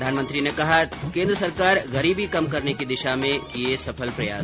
प्रधानमंत्री ने कहा केन्द्र सरकार गरीबी कम करने की दिशा में किये सफल प्रयास